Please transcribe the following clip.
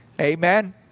Amen